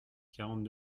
quarante